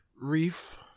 Reef